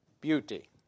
beauty